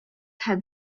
had